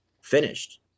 finished